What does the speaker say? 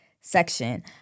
section